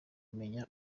kumenya